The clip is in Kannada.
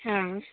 ಹಾಂ